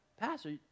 Pastor